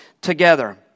together